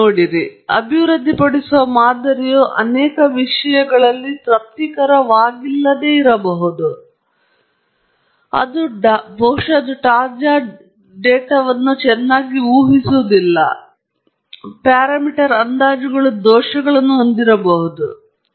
ನಾವು ಅಭಿವೃದ್ಧಿಪಡಿಸುವ ಮಾದರಿಯು ಅನೇಕ ವಿಷಯಗಳಲ್ಲಿ ತೃಪ್ತಿಕರವಾಗಿಲ್ಲದಿರಬಹುದು ಬಹುಶಃ ಅದು ತಾಜಾ ಡೇಟಾವನ್ನು ಚೆನ್ನಾಗಿ ಊಹಿಸುವುದಿಲ್ಲ ಅವುಗಳು ಪ್ಯಾರಾಮೀಟರ್ ಅಂದಾಜುಗಳು ದೊಡ್ಡ ದೋಷಗಳನ್ನು ಹೊಂದಿರಬಹುದು ಮತ್ತು ಹೀಗೆ ಮಾಡಬಹುದು